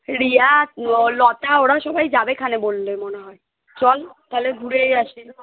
রিয়া ও লতা ওরাও সবাই যাবে খানে বললো মনে হয় চল তাহলে ঘুরেই আসি